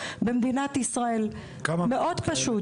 מאוד פשוט.